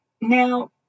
now